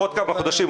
בעוד כמה חודשים,